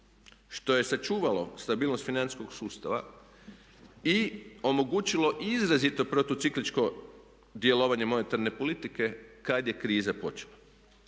što je sačuvalo stabilnost financijskog sustava i omogućilo izrazito protucikličko djelovanje monetarne politike kada je kriza počela.